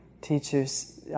teachers